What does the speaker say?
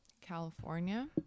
California